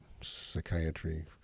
psychiatry